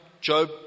Job